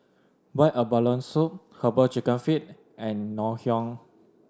boiled abalone soup Herbal Chicken Feet and Ngoh Hiang